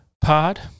pod